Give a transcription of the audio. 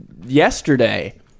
Yesterday